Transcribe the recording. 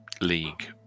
league